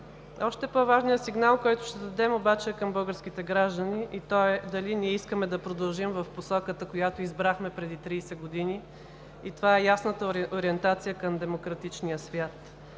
Още по-важният сигнал, който ще дадем, обаче е към българските граждани. Той е дали ние искаме да продължим в посоката, която избрахме преди 30 години, и това е ясната ориентация към демократичния свят.